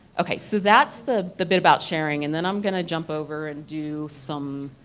okay, so that's the the bit about sharing and then i'm going to jump over and do some